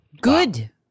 Good